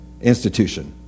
institution